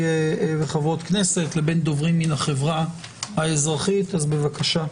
בבקשה.